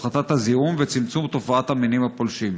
הפחתת הזיהום וצמצום תופעת המינים הפולשים.